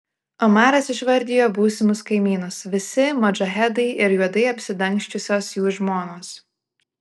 omaras išvardijo būsimus kaimynus visi modžahedai ir juodai apsidangsčiusios jų žmonos